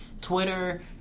Twitter